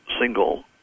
single